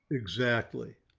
exactly.